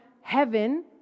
heaven